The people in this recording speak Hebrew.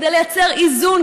כדי לייצר איזון,